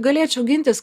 galėčiau gintis